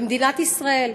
במדינת ישראל.